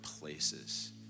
places